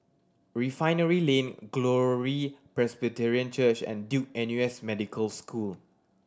Refinery Lane Glory Presbyterian Church and Duke N U S Medical School